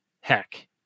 Heck